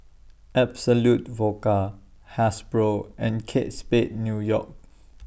Absolut Vodka Hasbro and Kate Spade New York